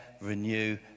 renew